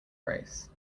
race